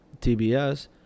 TBS